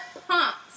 pumps